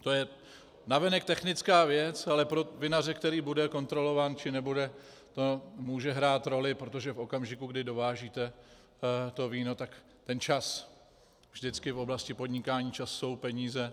To je navenek technická věc, ale pro vinaře, který bude kontrolován či nebude, to může hrát roli, protože v okamžiku, kdy dovážíte to víno, tak ten čas vždycky v oblasti podnikání, čas jsou peníze.